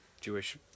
Jewish